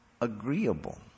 agreeable